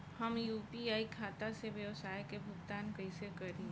हम यू.पी.आई खाता से व्यावसाय के भुगतान कइसे करि?